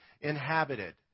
inhabited